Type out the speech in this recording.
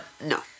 No